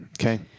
Okay